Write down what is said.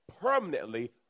permanently